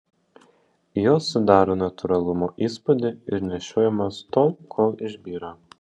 jos sudaro natūralumo įspūdį ir nešiojamos tol kol išbyra